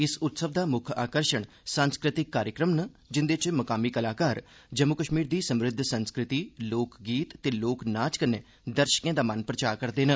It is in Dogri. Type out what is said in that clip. इस उत्सव दा मुक्ख आकर्षण सांस्कृतिक कार्यक्रम न जिंदे च मुकामी कलाकार जम्मू कश्मीर दी समृद्ध संस्कृति लोक गीत ते लोक नाच कन्नै दर्शकें दा मन परचा करदे न